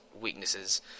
weaknesses